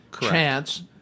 chance